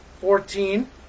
fourteen